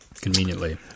Conveniently